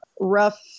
rough